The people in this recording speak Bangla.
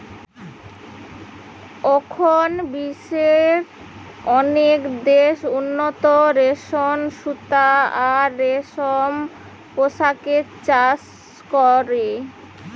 অখন বিশ্বের অনেক দেশ উন্নত রেশম সুতা আর রেশম পোকার চাষ করে